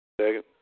Second